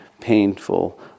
painful